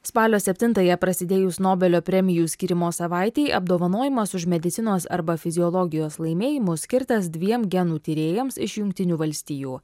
spalio septintąją prasidėjus nobelio premijų skyrimo savaitei apdovanojimas už medicinos arba fiziologijos laimėjimus skirtas dviem genų tyrėjams iš jungtinių valstijų